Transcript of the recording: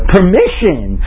Permission